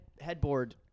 headboard